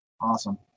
Awesome